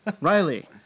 Riley